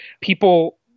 people